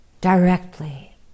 directly